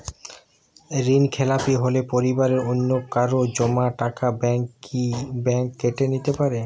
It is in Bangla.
ঋণখেলাপি হলে পরিবারের অন্যকারো জমা টাকা ব্যাঙ্ক কি ব্যাঙ্ক কেটে নিতে পারে?